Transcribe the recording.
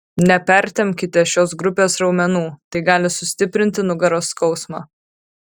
nepertempkite šios grupės raumenų tai gali sustiprinti nugaros skausmą